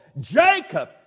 Jacob